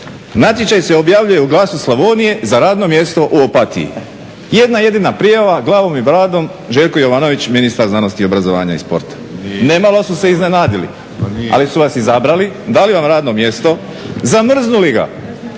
Natječaj se objavljuje u "Glasu Slavonije" za radno mjesto u Opatiji. Jedna jedina prijava, glavom i bradom Željko Jovanović ministar znanosti, obrazovanja i sporta. Nemalo su se iznenadili, ali su vas izabrali, dali vam radno mjesto, zamrznuli ga